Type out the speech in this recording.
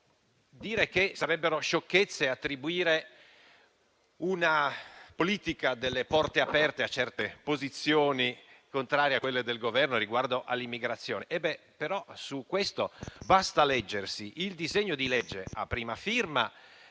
dire che sarebbe una sciocchezza attribuire una politica delle porte aperte a certe posizioni contrarie a quelle del Governo riguardo all'immigrazione. Però su questo basta leggere il disegno di legge a prima firma